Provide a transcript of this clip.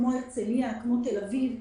כמו הרצליה ותל-אביב.